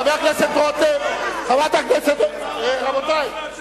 חבר הכנסת רותם, חברת הכנסת, לטרור.